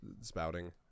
spouting